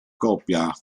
coppia